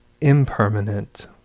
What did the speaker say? Impermanent